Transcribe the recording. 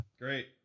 Great